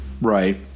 Right